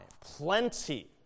plenty